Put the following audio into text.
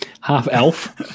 Half-elf